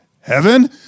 Heaven